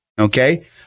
Okay